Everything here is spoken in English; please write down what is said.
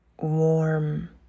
warm